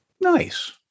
Nice